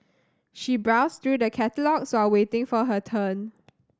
she browsed through the catalogues while waiting for her turn